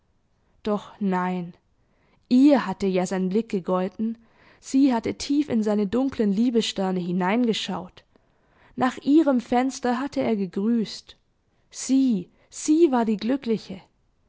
doch nein ihr hatte ja sein blick gegolten sie hatte tief in seine dunkeln liebessterne hineingeschaut nach ihrem fenster hatte er gegrüßt sie sie war die glückliche